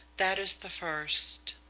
that is the first.